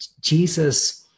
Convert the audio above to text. Jesus